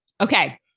Okay